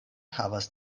havas